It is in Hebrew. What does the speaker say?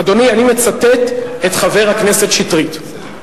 אדוני, אני מצטט את חבר הכנסת שטרית.